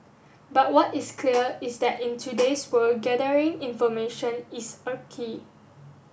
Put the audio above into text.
but what is clear is that in today's world gathering information is a key